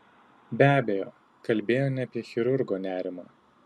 be abejo kalbėjo ne apie chirurgo nerimą